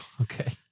Okay